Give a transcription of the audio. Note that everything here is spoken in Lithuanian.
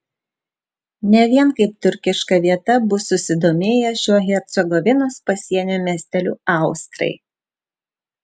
ne vien kaip turkiška vieta bus susidomėję šiuo hercegovinos pasienio miesteliu austrai